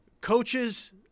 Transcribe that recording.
coaches